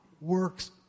works